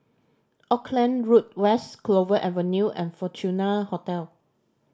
Auckland Road West Clover Avenue and Fortuna Hotel